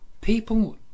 people